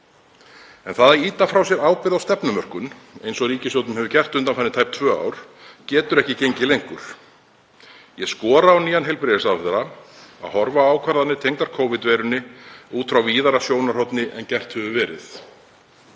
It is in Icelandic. En það að ýta frá sér ábyrgð á stefnumörkun eins og ríkisstjórnin hefur gert undanfarin tæp tvö ár getur ekki gengið lengur. Ég skora á nýjan heilbrigðisráðherra að horfa á ákvarðanir tengdar Covid-veirunni út frá víðara sjónarhorni en gert hefur verið.